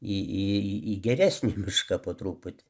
į į į geresnį mišką po truputį